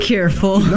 Careful